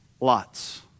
Lots